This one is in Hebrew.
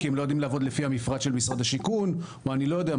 כי הם לא יודעים לעבוד לפי המפרט של משרד השיכון או אני לא יודע מה.